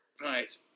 Right